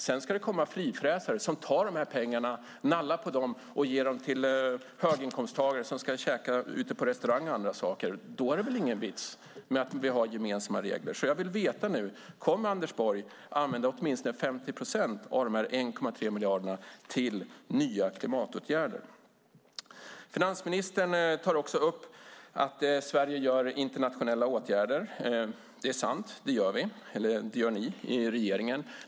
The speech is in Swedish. Sedan ska det komma frifräsare som tar de här pengarna, nallar på dem och ger dem till höginkomsttagare som ska käka ute på restaurang och andra saker. Då är det väl ingen vits med att vi har gemensamma regler. Jag vill veta nu: Kommer Anders Borg att använda åtminstone 50 procent av de 1,3 miljarderna till nya klimatåtgärder? Finansministern tar också upp att Sverige vidtar internationella åtgärder. Det är sant - det gör ni i regeringen.